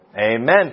Amen